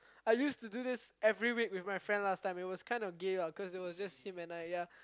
I used to do this every week with my friend lah it was kind of gay cause it was just him and I yea